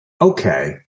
Okay